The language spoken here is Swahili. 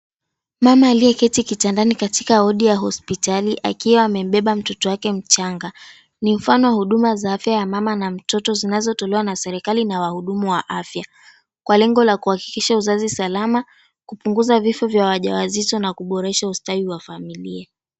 Mama aliyeketi kitandani katika wodi ya hospitali akiwa amembeba mtoto wake mchanga ni mfano wa huduma za afya ya mama na mtoto zinazotolewa na serikali na wahudumu wa afya kwa lengo la kuhakikisha uzazi salama, kupunguza vifo vya wajawazito, na kuboresha ustawi wa familia.